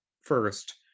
first